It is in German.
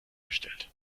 bestellt